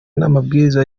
n’amabwiriza